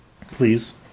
Please